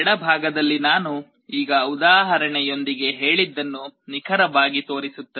ಎಡಗದಲ್ಲಿ ನಾನು ಈಗ ಉದಾಹರಣೆಯೊಂದಿಗೆ ಹೇಳಿದ್ದನ್ನು ನಿಖರವಾಗಿ ತೋರಿಸುತ್ತದೆ